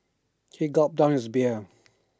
he gulped down his beer